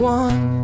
one